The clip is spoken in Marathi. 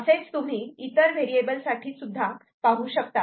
असेच तुम्ही इतर व्हेरिएबल साठी सुद्धा पाहू शकतात